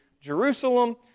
Jerusalem